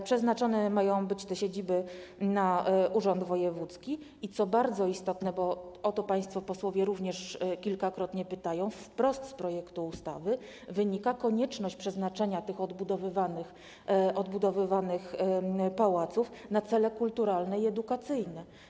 Te siedziby mają być przeznaczone na urząd wojewódzki i - co bardzo istotne, bo o to państwo posłowie również kilkakrotnie pytali - wprost z projektu ustawy wynika konieczność przeznaczania tych odbudowywanych pałaców na cele kulturalne i edukacyjne.